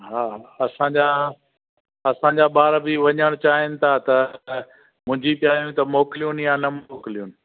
हा असांजा असांजा ॿार बि वञणु चाहिनि था त मुंहिंजी चयूं त मोकिलियुनि या न मोकिलियुनि